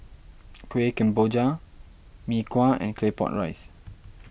Kueh Kemboja Mee Kuah and Claypot Rice